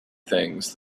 things